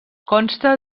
consta